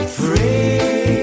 free